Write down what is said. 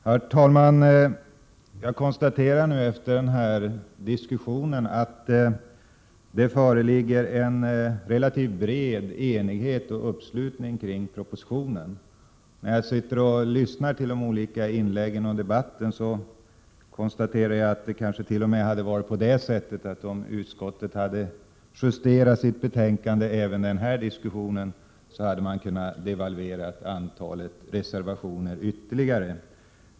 Herr talman! Jag konstaterar efter den diskussion som förts att det föreligger en relativt bred enighet och uppslutning kring propositionen. När jag suttit och lyssnat till de olika inläggen, har jag fått intrycket att om utskottet hade justerat sitt betänkande först efter den här debatten, hade man troligen kunnat devalvera antalet reservationer ytterligare.